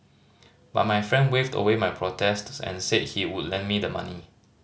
but my friend waved away my protests and said he would lend me the money